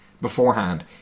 beforehand